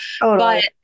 but-